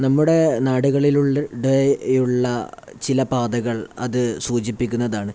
നമ്മുടെ നാടുകളിലൂടെയുള്ള ചില പാതകൾ അത് സൂചിപ്പിക്കുന്നതാണ്